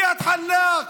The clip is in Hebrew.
איאד אלחלאק.